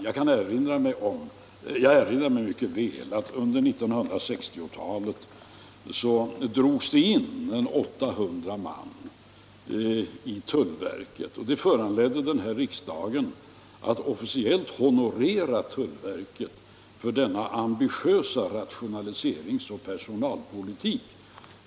| Jag erinrar mig mycket väl att det under 1960-talet drogs in ca 800 man i tullverket och att det föranledde riksdagen att officiellt honorera | tullverket för denna ambitiösa rationaliseringsoch personalpolitik.